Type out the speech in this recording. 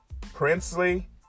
Princely